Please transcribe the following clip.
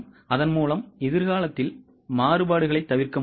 அதன்மூலம் எதிர்காலத்தில் மாறுபாடுகளைத் தவிர்க்க முடியும்